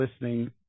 listening